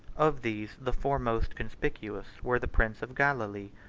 of these the four most conspicuous were the prince of galilee,